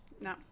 No